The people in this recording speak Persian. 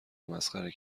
مسخره